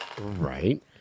right